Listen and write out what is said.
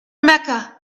mecca